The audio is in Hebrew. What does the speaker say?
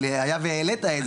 אבל היה והעלית את זה.